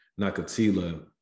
Nakatila